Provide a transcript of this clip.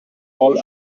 all